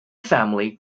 family